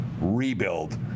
rebuild